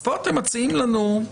אז פה אתם מציעים לנו -?